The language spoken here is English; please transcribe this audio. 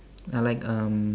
I like